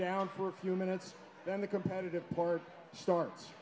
down for a few minutes then the competitive part starts